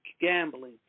gambling